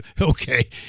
okay